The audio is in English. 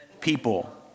people